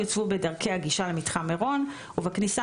יוצבו בדרכי הגישה למתחם מירון ובכניסה